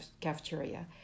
cafeteria